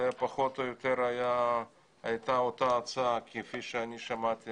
זה פחות או יותר הייתה אותה הצעה, כפי שאני שמעתי